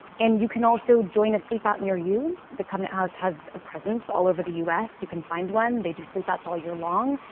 and you can also join a sleep out near you. the covenant house has a presence all over the u s. you can find one. they do sleep outs all year long.